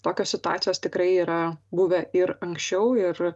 tokios situacijos tikrai yra buvę ir anksčiau ir